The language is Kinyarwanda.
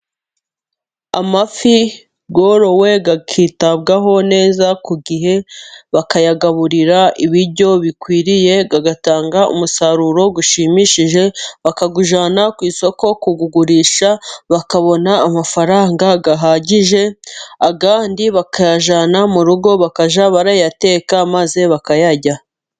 Amafi yorowe akitabwaho neza ku gihe, bakayagaburira ibiryo bikwiriye, atanga umusaruro ushimishije, bakawujyana ku isoko kuwugurisha bakabona amafaranga ahagije, andi bakayajyana mu rugo bakajya bayateka maze bakayarya.